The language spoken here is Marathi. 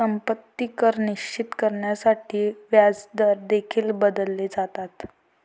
संपत्ती कर निश्चित करण्यासाठी व्याजदर देखील बदलले जातात